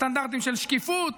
סטנדרטים של שקיפות,